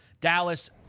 Dallas